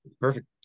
perfect